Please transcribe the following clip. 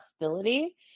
hostility